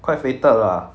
quite fated lah